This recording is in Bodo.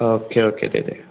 अके अके दे दे